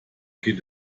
geht